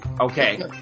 Okay